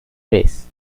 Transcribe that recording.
vez